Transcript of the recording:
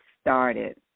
started